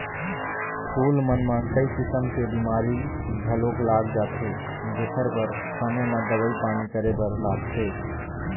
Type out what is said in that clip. फूल मन म कइ किसम के बेमारी घलोक लाग जाथे जेखर बर समे म दवई पानी करे बर लागथे